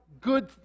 good